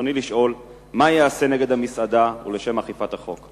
רצוני לשאול: מה ייעשה נגד המסעדה ולאכיפת החוק?